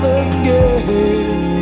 again